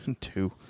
Two